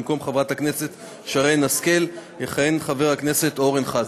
במקום חברת הכנסת שרן השכל יכהן חבר הכנסת אורן חזן.